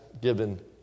given